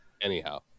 anyhow